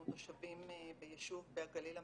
אנחנו תושבים ביישוב בגליל המערבי.